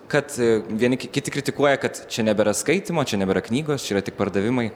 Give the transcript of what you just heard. kad vieni kiti kritikuoja kad čia nebėra skaitymo čia nebėra knygos yra tik pardavimai